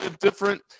different